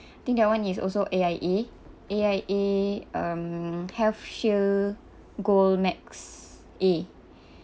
I think that one is also A_I_A A_I_A um healthshield gold max a